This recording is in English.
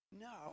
No